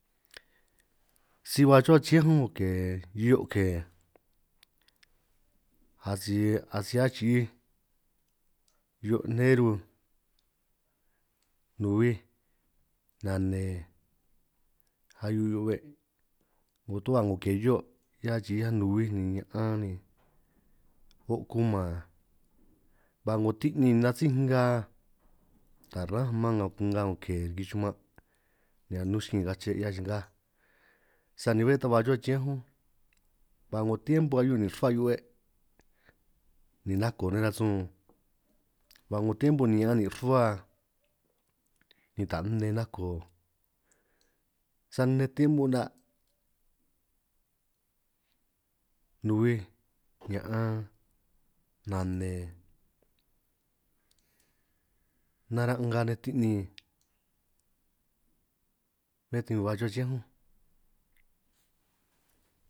Si ba rruhua chiñánj únj o' ke hio' ke asij asij achi'ij hio' neru, nuhuij nane ahiu hiu 'be' 'ngo ta ba ke 'ngo hio', achi'i anuhuij ni ña'an ni 'o' kuman ba 'ngo ti'ni nasíj nga, ránj man nga 'ngo ke riki chuman' ka' nun chikin kache' 'hiaj cha'ngaj, sani bé ta ba rruhua chiñánj únj ba 'ngo tiempo ahiu nin' rruhua hiu 'be', ni nako nej rasun ba 'ngo tiempo ni ña'an nin' rruhua, ni ta nne nako sani nej tiempo 'na' nuhuij ña'an nane naran' nga nej, tinin bé ta ba rruhua chiñánj únj.